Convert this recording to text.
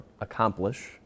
accomplish